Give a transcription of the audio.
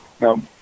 no